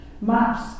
Maps